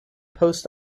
post